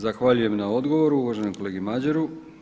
Zahvaljujem na odgovoru uvaženom kolegi Madjeru.